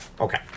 Okay